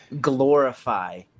glorify